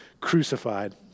crucified